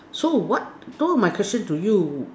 so what so my question to you